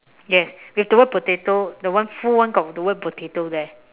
yes with the word potato the one full one got the the word potato there